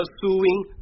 pursuing